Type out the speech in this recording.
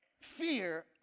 Fear